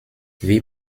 wie